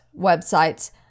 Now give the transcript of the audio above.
websites